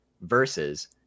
versus